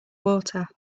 water